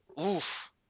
oof